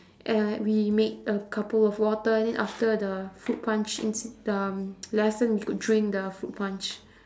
uh we make a couple of water and then after the fruit punch ins~ um the lesson we could drink the fruit punch